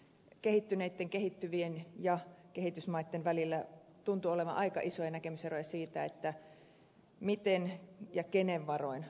kehittyneitten kehittyvien ja kehitysmaitten välillä tuntuu olevan aika isoja näkemys eroja siitä miten ilmastonmuutosta hillitään ja varsinkin siitä kenen varoin